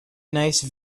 nice